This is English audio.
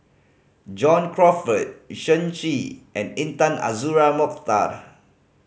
John Crawfurd Shen Xi and Intan Azura Mokhtar